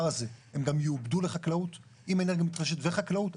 הזה הן גם יעובדו לחקלאות עם אנרגיה מתחדשת וחקלאות,